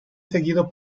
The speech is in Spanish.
seguido